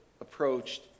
approached